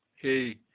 Hey